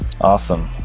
Awesome